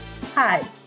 Hi